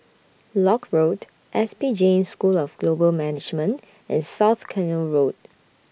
Lock Road S P Jain School of Global Management and South Canal Road